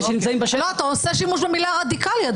איך אתה משתמש במילה רדיקלי?